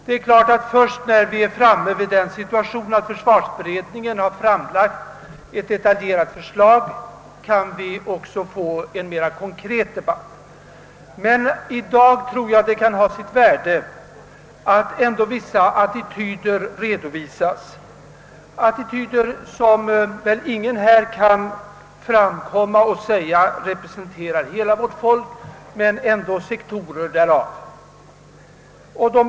Det är givetvis så, att först när vi kommit dithän, att försvarsberedningen framlagt ett detaljerat förslag, kan vi få en mer konkret debatt. Men i dag kan det ha sitt värde att attityder redovisas — attityder som är representativa, visserligen inte för hela vårt folk men för stora delar därav.